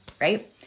right